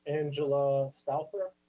angela stauffer,